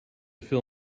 fill